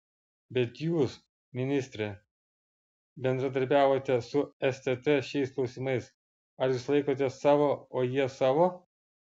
bet jūs ministre bendradarbiavote su stt šiais klausimais ar jūs laikotės savo o jie savo